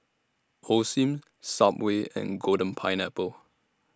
Osim Subway and Golden Pineapple